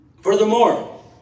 Furthermore